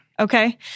Okay